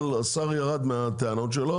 אבל השר ירד מהטענות שלו